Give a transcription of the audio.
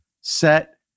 set